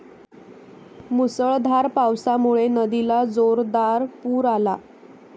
मुसळधार पावसामुळे नदीला जोरदार पूर आला